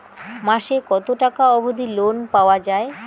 মাসে কত টাকা অবধি লোন পাওয়া য়ায়?